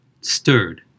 stirred